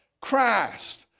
Christ